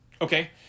Okay